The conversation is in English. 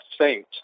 saint